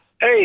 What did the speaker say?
Hey